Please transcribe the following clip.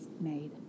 made